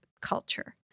culture